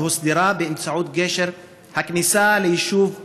והוסדרה באמצעות גשר הכניסה ליישוב הושעיה,